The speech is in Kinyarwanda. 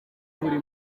buri